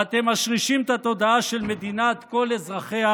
ואתם משרישים את התודעה של מדינת כל אזרחיה,